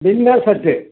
dinner set